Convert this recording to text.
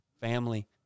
family